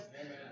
Amen